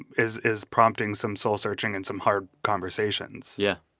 and is is prompting some soul searching and some hard conversations yeah.